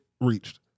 reached